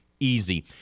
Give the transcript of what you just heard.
easy